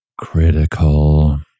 critical